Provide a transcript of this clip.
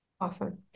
Awesome